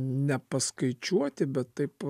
nepaskaičiuoti bet taip